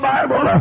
Bible